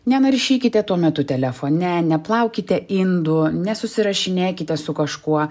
nenaršykite tuo metu telefone neplaukite indų nesusirašinėkite su kažkuo